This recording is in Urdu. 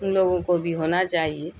ان لوگوں کو بھی ہونا چاہیے